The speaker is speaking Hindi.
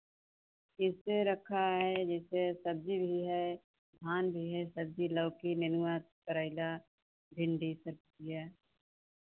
इसमें रखा है जैसे सब्जी भी है धान भी है सब्जी लौकी नेनुआँ करैला भिण्डी सब चीज़ है